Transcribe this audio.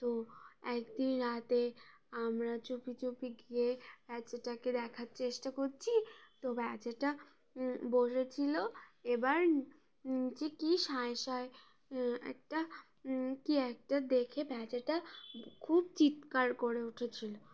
তো একদিন রাতে আমরা চুপি চুপি গিয়ে ব্যাচাটাকে দেখার চেষ্টা করছি তো বেচাটা বসেছিলো এবার যে কী সাঁয়ে সাঁয়ে একটা কী একটা দেখে বেচাটা খুব চিৎকার করে উঠেছিলো